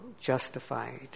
justified